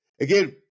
again